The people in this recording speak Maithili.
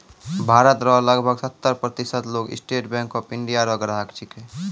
भारत रो लगभग सत्तर प्रतिशत लोग स्टेट बैंक ऑफ इंडिया रो ग्राहक छिकै